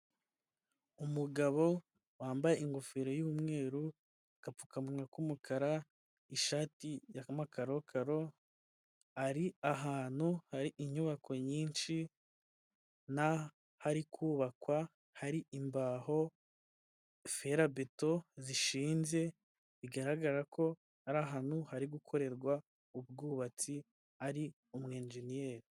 Umugabo wambaye ingofero y'umweru agapfukamwa k'umukara ishati y'amakarokaro ari ahantu hari inyubako nyinshi n'ahari kubakwa hari imbaho, ferabeto zishinze bigaragara ko ari ahantu hari gukorerwa ubwubatsi ari umwenjeniyeri.